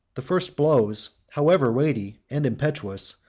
the first blows, however weighty and impetuous,